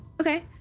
Okay